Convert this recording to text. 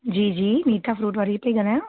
जी जी नीटा फ़्रूट वारी थी ॻाल्हायां